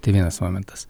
tai vienas momentas